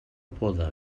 poda